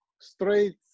straight